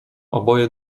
oboje